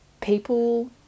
people